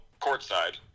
courtside